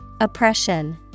Oppression